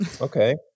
okay